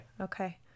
Okay